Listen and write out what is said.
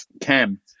Cam